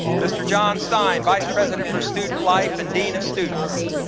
mr. john stein, vice president for student life, and dean of students.